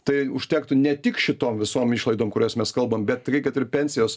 tai užtektų ne tik šitom visom išlaidom kurias mes kalbam bet kad ir pensijos